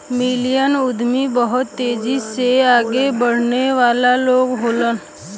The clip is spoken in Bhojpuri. मिलियन उद्यमी बहुत तेजी से आगे बढ़े वाला लोग होलन